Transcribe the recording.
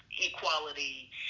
equality